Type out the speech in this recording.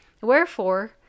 Wherefore